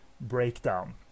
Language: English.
breakdown